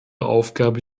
aufgabe